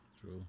True